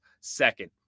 second